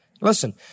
Listen